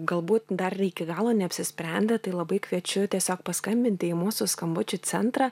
galbūt dar iki galo neapsisprendę tai labai kviečiu tiesiog paskambinti į mūsų skambučių centrą